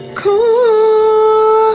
cool